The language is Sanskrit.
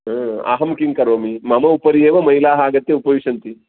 हा अहं किं करोमि मम उपरि एव महिलाः आगत्य उपविशन्ति